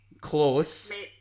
Close